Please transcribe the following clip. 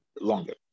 longer